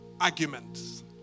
arguments